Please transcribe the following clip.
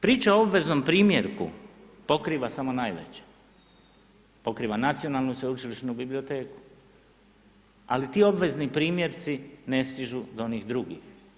Priča o obveznom primjerku pokriva samo najveće, pokriva Nacionalnu sveučilišnu biblioteku, ali ti obvezni primjerci ne stižu do onih drugih.